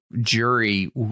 jury